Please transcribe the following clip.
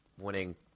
winning